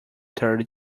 thirty